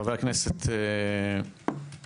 חבר הכנסת קריב.